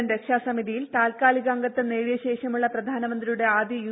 N രക്ഷാസമിതിയിൽ താത്കാലിക അംഗത്വം നേടിയ ശേഷമുള്ള പ്രധാനമന്ത്രിയും ആദ്യ യു